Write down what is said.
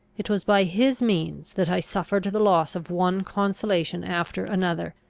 it was by his means that i suffered the loss of one consolation after another,